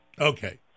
Okay